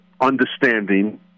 understanding